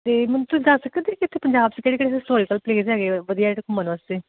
ਅਤੇ ਮੈਨੂੰ ਤੂੰ ਦੱਸ ਸਕਦੇ ਕਿ ਇੱਥੇ ਪੰਜਾਬ 'ਚ ਕਿਹੜੇ ਕਿਹੜੇ ਹਿਸਟੋਰਿਕਲ ਪਲੇਸ ਹੈਗੇ ਵਧੀਆ ਜਿਹੜੇ ਘੁੰਮਣ ਵਾਸਤੇ